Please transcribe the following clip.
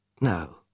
No